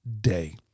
day